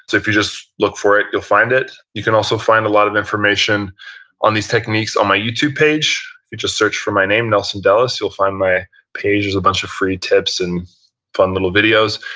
if you just look for it, you'll find it. you can also find a lot of information on these techniques on my youtube page. if you just search for my name, nelson dellis, you'll find my page. there's a bunch of free tips and fun little videos.